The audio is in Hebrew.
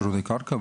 שירותי קרקע,